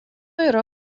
yra